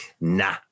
Nah